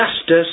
justice